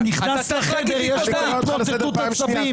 אתה נכנס לחדר, יש פה התמוטטות עצבים.